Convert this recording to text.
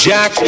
Jack